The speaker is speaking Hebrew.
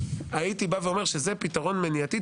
הייתי בא ואומר שזה פתרון מניעתי,